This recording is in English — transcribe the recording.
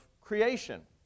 creation